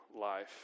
life